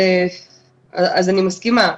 אני מסכימה.